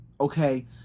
Okay